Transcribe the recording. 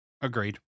Agreed